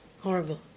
Horrible